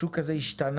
השוק הזה השתנה,